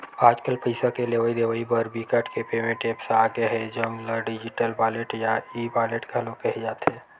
आजकल पइसा के लेवइ देवइ बर बिकट के पेमेंट ऐप्स आ गे हे जउन ल डिजिटल वॉलेट या ई वॉलेट घलो केहे जाथे